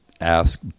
ask